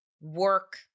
work